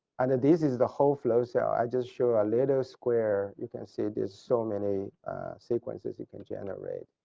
and and this is the whole flow cell, i just show a little square you can see there's so many sequences you can generate.